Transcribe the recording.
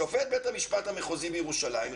שופט בית המשפט המחוזי בירושלים,